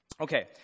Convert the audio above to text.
Okay